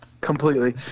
Completely